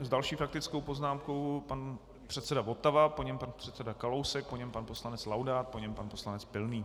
S další faktickou poznámkou pan předseda Votava, po něm pan předseda Kalousek, po něm pan poslanec Laudát, po něm pan poslanec Pilný.